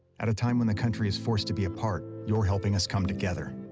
at a time when the country is forced to be apart, you're helping us come together.